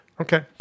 Okay